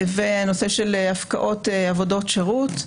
והנושא של הפקעות עבודות שירות,